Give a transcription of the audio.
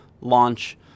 launch